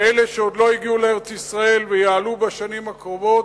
לאלה שעוד לא הגיעו לארץ-ישראל ויעלו בשנים הקרובות,